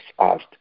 asked